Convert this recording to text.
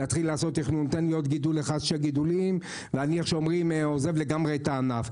תן לי עוד גידול אחד או שניים ואני עוזב לגמרי את הענף".